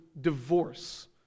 divorce